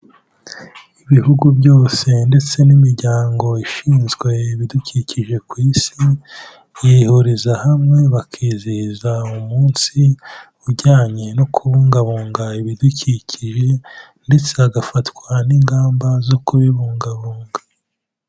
Ibihugu byose ndetse n'imiryango ishinzwe ibidukikije ku isi, yihuriza hamwe bakizihiza umunsi ujyanye no kubungabunga ibidukikije ndetse hagafatwa n'ingamba zo kubibungabunga.